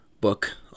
book